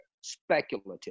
speculative